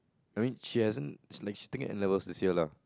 I mean she hasn't she is taking N-levels this year lah